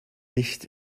nicht